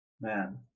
Man